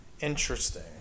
interesting